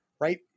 right